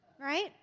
right